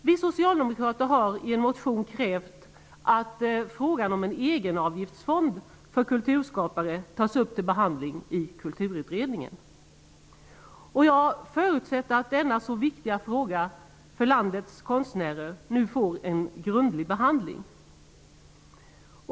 Vi socialdemokrater har i en motion krävt att frågan om en egenavgiftsfond för kulturskapare tas upp till behandling i Kulturutredningen. Jag förutsätter att denna för landets konstnärer så viktiga fråga nu får en grundlig behandling.